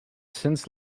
since